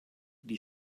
die